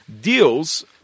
deals